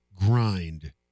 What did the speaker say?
grind